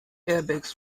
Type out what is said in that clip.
airbags